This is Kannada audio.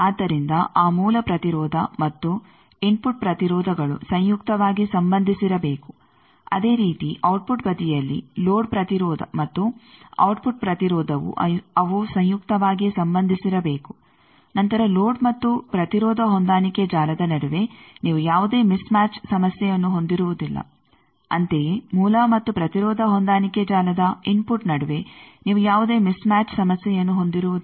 ಆದ್ದರಿಂದ ಆ ಮೂಲ ಪ್ರತಿರೋಧ ಮತ್ತು ಇನ್ಫುಟ್ ಪ್ರತಿರೋಧಗಳು ಸಂಯುಕ್ತವಾಗಿ ಸಂಬಂಧಿಸಿರಬೇಕು ಅದೇ ರೀತಿ ಔಟ್ಪುಟ್ ಬದಿಯಲ್ಲಿ ಲೋಡ್ ಪ್ರತಿರೋಧ ಮತ್ತು ಔಟ್ಪುಟ್ ಪ್ರತಿರೋಧವು ಅವು ಸಂಯುಕ್ತವಾಗಿ ಸಂಬಂಧಿಸಿರಬೇಕು ನಂತರ ಲೋಡ್ ಮತ್ತು ಪ್ರತಿರೋಧ ಹೊಂದಾಣಿಕೆ ಜಾಲದ ನಡುವೆ ನೀವು ಯಾವುದೇ ಮಿಸ್ ಮ್ಯಾಚ್ ಸಮಸ್ಯೆಯನ್ನು ಹೊಂದಿರುವುದಿಲ್ಲ ಅಂತೆಯೇ ಮೂಲ ಮತ್ತು ಪ್ರತಿರೋಧ ಹೊಂದಾಣಿಕೆ ಜಾಲದ ಇನ್ಫುಟ್ ನಡುವೆ ನೀವು ಯಾವುದೇ ಮಿಸ್ ಮ್ಯಾಚ್ ಸಮಸ್ಯೆಯನ್ನು ಹೊಂದಿರುವುದಿಲ್ಲ